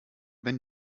wenn